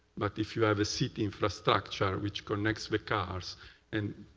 but if you have a city infrastructure which connects the cars, and